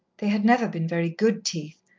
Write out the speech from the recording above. they had never been very good teeth,